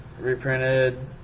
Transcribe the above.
reprinted